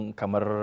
kamar